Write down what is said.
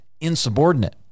insubordinate